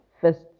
first